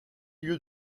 lieu